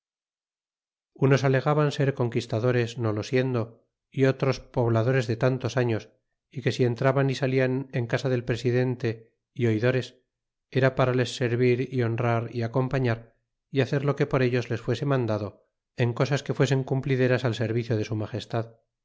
unos alegaban ser conquistadores no lo siendo é otros pobladores de tantos años y que si entraban y salian en casa del presidente é oidores que era para les servir y honrar y acompañar é hacer lo que por ellos les fuese mandado en cosas que fuesen cumplideras al servicio de su magestad